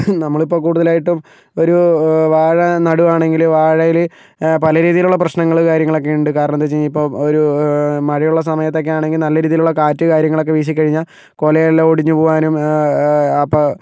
നമ്മളിപ്പോൾ കൂടുതലായിട്ടും ഒരു വാഴ നടുകയാണെങ്കിൽ വാഴയിൽ പല രീതിയിലുള്ള പ്രശ്നങ്ങൾ കാര്യങ്ങളൊക്കെയുണ്ട് കാരണമെന്താണെന്നുവെച്ച് കഴിഞ്ഞാൽ ഇപ്പോൾ ഒരൂ മഴയുള്ള സമയത്തതൊക്കെയാണെങ്കിൽ നല്ല രീതിയിലുള്ള കാറ്റ് കാര്യങ്ങളൊക്കെ വീശിക്കഴിഞ്ഞാൽ കുലയെല്ലാം ഒടിഞ്ഞുപോകാനും അപ്പോൾ